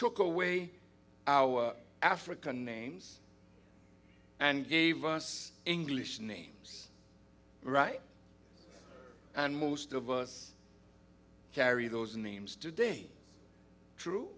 took away our african names and gave us english names right and most of us carry those names today true